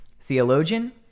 theologian